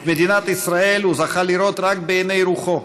את מדינת ישראל הוא זכה לראות רק בעיני רוחו,